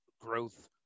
growth